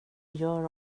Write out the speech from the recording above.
gör